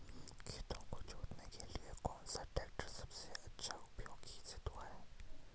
खेतों को जोतने के लिए कौन सा टैक्टर सबसे अच्छा उपयोगी सिद्ध हुआ है?